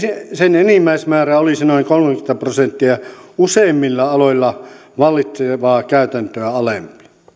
sen enimmäismäärä olisi noin kolmekymmentä prosenttia useimmilla aloilla vallitsevaa käytäntöä alempi